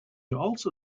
also